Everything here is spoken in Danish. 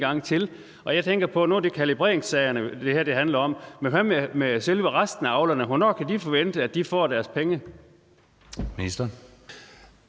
gang til. Nu er det kalibreringssagerne, det her handler om, men hvad man resten af avlerne – hvornår kan de forvente at de får deres penge? Kl.